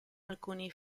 alcuni